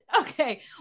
okay